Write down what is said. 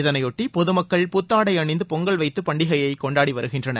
இதனையொட்டி பொது மக்கள் புத்தாடைஅணிந்து பொங்கல் வைத்து பண்டிகையை கொண்டாடி வருகின்றனர்